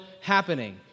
happening